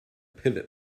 pivot